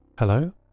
Hello